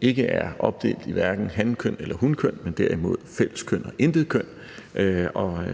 ikke er opdelt i hverken hankøn eller hunkøn, men derimod fælleskøn og intetkøn.